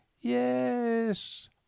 Yes